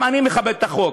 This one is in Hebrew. גם אני מכבד את החוק,